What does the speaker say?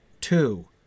Two